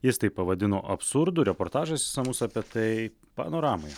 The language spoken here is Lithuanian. jis tai pavadino absurdu reportažas išsamus apie tai panoramoje